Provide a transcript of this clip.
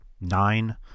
nine